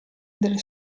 del